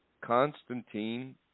Constantine